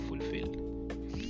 fulfilled